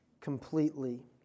completely